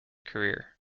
career